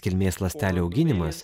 kilmės ląstelių auginimas